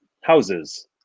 houses